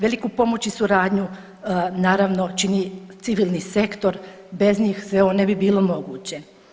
Veliku pomoć i suradnju naravno čini civilni sektor, bez njih sve ovo ne bi bilo moguće.